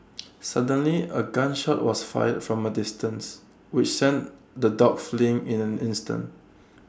suddenly A gun shot was fired from A distance which sent the dogs fleeing in an instant